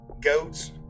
goats